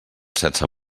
sense